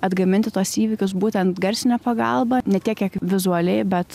atgaminti tuos įvykius būtent garsine pagalba ne tiek kiek vizualiai bet